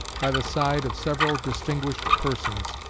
by the side of several distinguished persons,